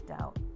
out